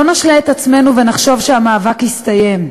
לא נשלה את עצמנו ונחשוב שהמאבק הסתיים.